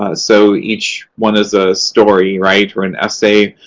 ah so each one is a story, right, or an essay.